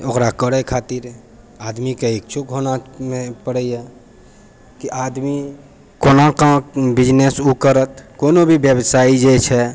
ओकरा करै खातिर आदमीके इच्छुक होनामे पड़ै यऽ कि आदमी कोना कऽ बिजनेस उ करत कोनो भी व्यवसाय जे छै